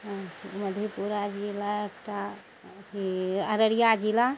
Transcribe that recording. ध्यान से मधेपुरा जिला एकटा अथी अररिया जिला